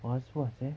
was-was eh